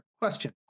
question